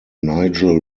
nigel